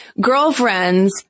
girlfriends